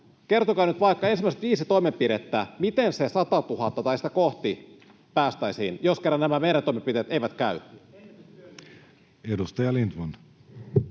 todella nyt vaikka ensimmäiset viisi toimenpidettä, miten siihen 100 000:een tai sitä kohti päästäisiin, jos kerran nämä meidän toimenpiteet eivät käy. [Vasemmalta: